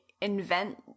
invent